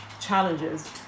challenges